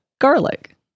garlic